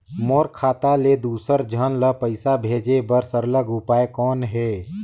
मोर खाता ले दुसर झन ल पईसा भेजे बर सरल उपाय कौन हे?